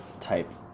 type